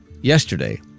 yesterday